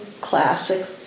classic